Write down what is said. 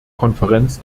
konferenz